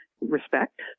respect